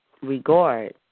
regard